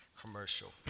commercial